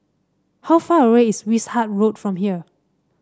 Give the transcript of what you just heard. how far away is Wishart Road from here